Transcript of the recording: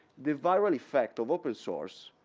the viral effect of open source,